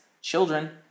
children